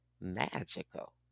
magical